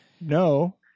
no